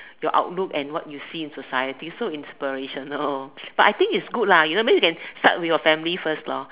your outlook and what you see in society so inspirational but I think it's good lah you know means you can start with your family first lor